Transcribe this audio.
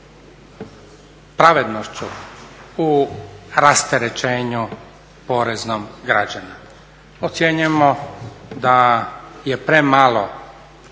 pravednošću u rasterećenju poreznom građana. Ocjenjujemo da je premalo